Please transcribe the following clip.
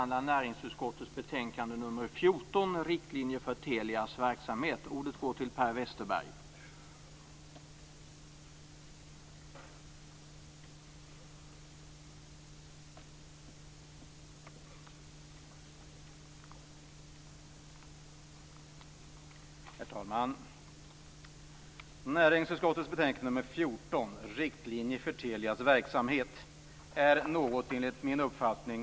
Det är något av en nationell tragedi att i denna kammare se näringsutskottets betänkande 14 Riktlinjer för Telias verksamhet.